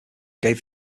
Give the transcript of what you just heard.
gave